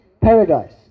paradise